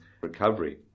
recovery